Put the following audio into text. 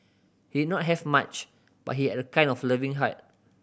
he not have much but he had a kind and loving heart